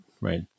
Right